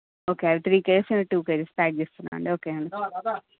okay అవి three cages ఇవి two cages pack చేస్తున్నానండి ఓకే అండి